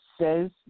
says